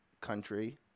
country